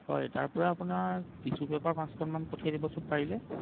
হয় তাৰপৰা আপোনাৰ টিচু পেপাৰ পাঁচখনমান পঠিয়াই দিবচোন পাৰিলে